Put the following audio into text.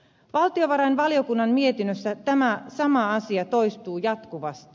valtiovarainvaliokunnan mietinnössä tämä sama asia toistuu jatkuvasti